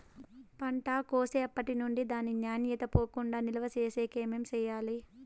పంట కోసేటప్పటినుండి దాని నాణ్యత పోకుండా నిలువ సేసేకి ఏమేమి చేయాలి?